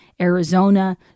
Arizona